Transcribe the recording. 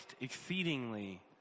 exceedingly